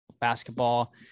basketball